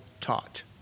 taught